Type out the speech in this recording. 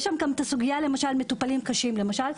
יש שם סוגיית של מטופלים קשים, למשל.